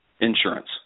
insurance